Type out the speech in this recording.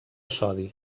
sodi